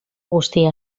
guztia